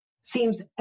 seems